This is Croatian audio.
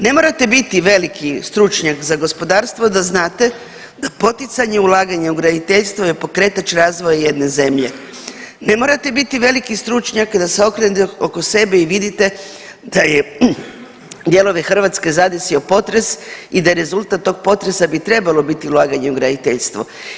Ne morate biti veliki stručnjak za gospodarstvo da znate da poticanje ulaganja u graditeljstvo je pokretač razvoja jedne zemlje, ne morate biti veliki stručnjak da se okrenete oko sebe i vidite da je dijelove Hrvatske zadesio potres i da rezultat tog potresa bi trebalo biti ulaganje u graditeljstvo.